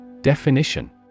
Definition